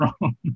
wrong